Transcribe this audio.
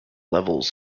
levels